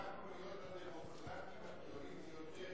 הפכנו להיות הדמוקרטים הגדולים ביותר,